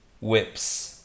whips